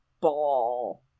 Ball